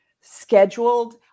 scheduled